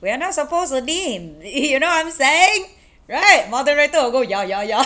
we're not supposed to name you know what I'm saying right moderator will go yeah ya ya